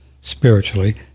spiritually